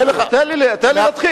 בסדר, תן לי להתחיל.